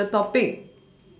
pick the topic